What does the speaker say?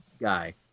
guy